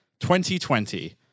2020